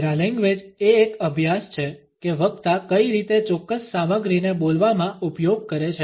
paralanguage એ એક અભ્યાસ છે કે વક્તા કઈ રીતે ચોક્કસ સામગ્રીને બોલવામા ઉપયોગ કરે છે